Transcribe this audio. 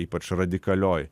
ypač radikalioj